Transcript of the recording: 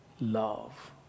love